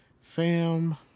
fam